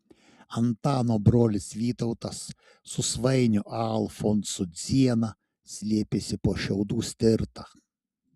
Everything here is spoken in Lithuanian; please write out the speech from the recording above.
antano brolis vytautas su svainiu alfonsu dziena slėpėsi po šiaudų stirta